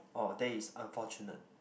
oh that is unfortunate